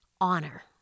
honor